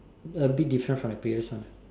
a bit different from the previous one ah